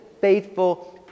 faithful